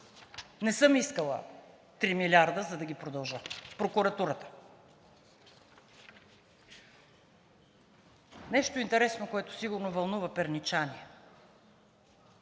Не съм искала 3 милиарда, за да ги продължа – в прокуратурата. Нещо интересно, което сигурно вълнува перничани.